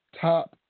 top